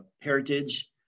heritage